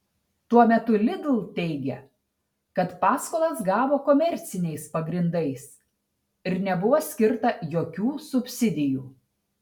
tuo metu lidl teigia kad paskolas gavo komerciniais pagrindais ir nebuvo skirta jokių subsidijų